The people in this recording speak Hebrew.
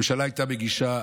אם הממשלה הייתה מגישה,